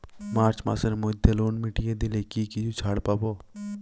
March মাসের মধ্যে loan মিটিয়ে দিলে কি কিছু ছাড় পাব?